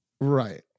Right